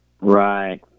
Right